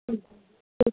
হুম হুম